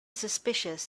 suspicious